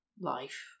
life